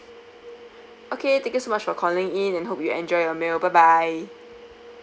okay thank you so much for calling in and hope you enjoyed your meal bye bye